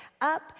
up